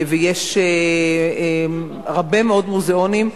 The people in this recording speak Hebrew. ויש הרבה מאוד מוזיאונים.